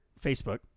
Facebook